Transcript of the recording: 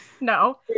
No